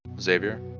Xavier